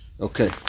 okay